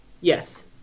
Yes